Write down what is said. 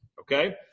okay